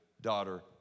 daughter